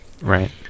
right